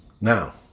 Now